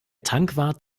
tankwart